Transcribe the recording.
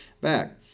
back